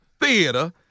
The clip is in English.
Theater